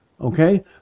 Okay